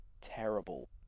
terrible